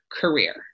career